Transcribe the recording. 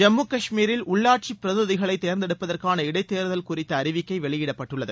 ஜம்மு காஷ்மீரில் உள்ளாட்சி பிரதிநிதிகளை தேர்ந்தெடுப்பதற்கான இடைத்தேர்தல் குறித்த அறிவிக்கை வெளியிடப்பட்டுள்ளது